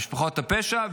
למשפחות הפשע,